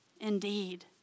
indeed